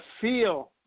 feel